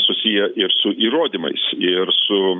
susiję ir su įrodymais ir su